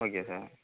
okay sir